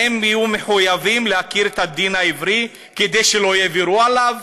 האם הם יהיו מחויבים להכיר את הדין העברי כדי שלא יעברו עליו?